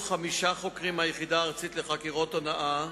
1. כמה חוקרים ואנשי פרקליטות יצאו לחוץ-לארץ במסגרת חקירות יאח"ה?